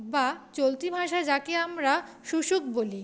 বা চলতি ভাষায় যাকে আমরা শুশুক বলি